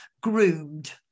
Groomed